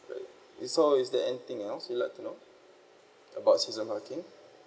if so is there anything else you would like to know about season parking